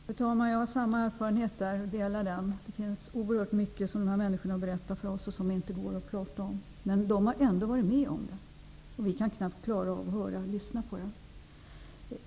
Fru talman! Jag har samma erfarenhet som kulturministern. Det finns oerhört mycket som dessa människor berättar för oss som inte går att tala om. Men dessa människor har ändå varit med om det, medan vi knappt kan klara av att lyssna på det.